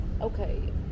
okay